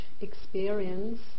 experience